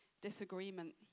disagreement